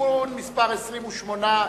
(תיקון מס' 28),